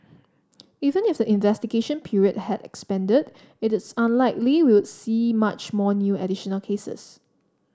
even if investigation period had expanded it is unlikely we would see much more new additional cases